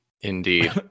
Indeed